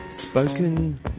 Spoken